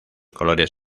colores